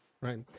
Right